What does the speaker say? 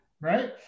Right